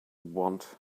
want